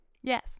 Yes